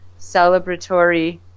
celebratory